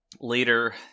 later